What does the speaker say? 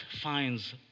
finds